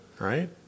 right